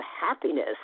happiness